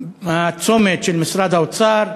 הצומת של משרד האוצר,